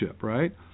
right